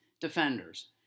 Defenders